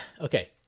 okay